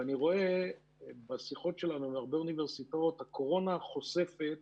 ואני רואה בשיחות שלנו עם הרבה אוניברסיטאות שהקורונה חושפת